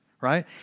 Right